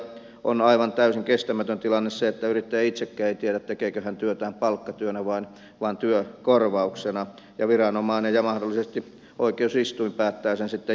on aivan täysin kestämätön tilanne se että yrittäjä ei itsekään tiedä tekeekö hän työtään palkkatyönä vai työkorvauksena ja viranomainen ja mahdollisesti oikeusistuin päättää sen sitten jälkikäteen